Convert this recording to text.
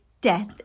death